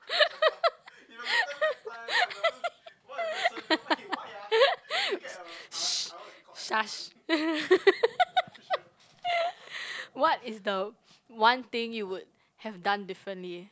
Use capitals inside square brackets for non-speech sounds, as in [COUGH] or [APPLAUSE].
[LAUGHS] !shh! shush [LAUGHS] what is the one thing you would have done differently